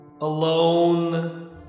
Alone